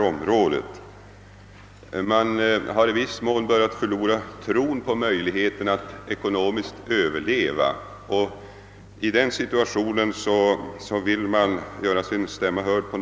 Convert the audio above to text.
Befolkningen i Tornedalen har i viss mån börjat förlora tron på möjligheterna att överleva ekonomiskt, och i den situationen vill man på något sätt göra sin stämma hörd.